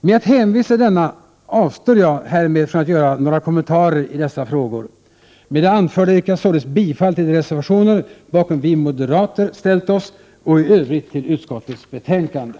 Genom att hänvisa till denna avstår jag härmed från att göra några kommentarer i dessa frågor. Med det anförda yrkar jag således bifall till de reservationer bakom vilka vi moderater ställt oss. I övrigt ställer jag mig bakom utskottets anmälan.